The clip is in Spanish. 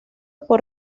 por